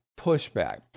pushback